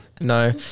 No